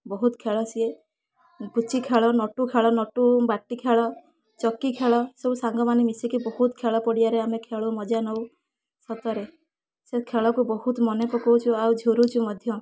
ବହୁତ ଖେଳ ସିଏ ପୁଚି ଖେଳ ନଟୁ ଖେଳ ବାଟି ଖେଳ ଚକି ଖେଳ ସବୁ ସାଙ୍ଗମାନେ ମିଶିକି ବହୁତ ଆମେ ଖେଳ ପଡ଼ିଆରେ ଖେଳୁ ମଜା ନେଉ ସତରେ ସେ ଖେଳକୁ ବହୁତ ମନେ ପକାଉଛୁ ଆଉ ଝୁରୁଛୁ ମଧ୍ୟ